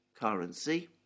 currency